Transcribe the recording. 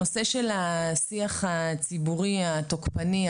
הנושא של השיח הציבורי התוקפני,